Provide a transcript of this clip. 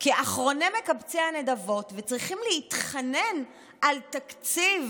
כאחרוני מקבצי הנדבות וצריכים להתחנן על תקציב,